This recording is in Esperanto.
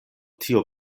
tio